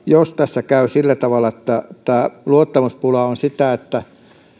jos tässä käy sillä tavalla että tämä luottamuspula on sitä että